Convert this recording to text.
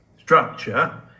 structure